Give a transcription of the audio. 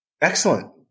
Excellent